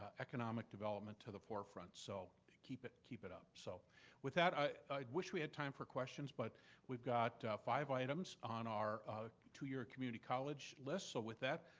ah economic development, to the forefront. so keep it keep it up. so with that, i wish we had time for questions, but we've got five items on our two-year community college list, so with that,